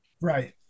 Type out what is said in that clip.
Right